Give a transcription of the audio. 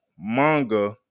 manga